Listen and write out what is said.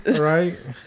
Right